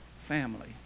family